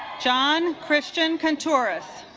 john christian can taurus